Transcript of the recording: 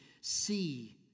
see